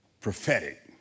prophetic